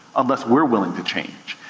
unless we're willing to change.